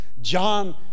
John